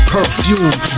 Perfume